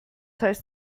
heißt